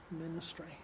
ministry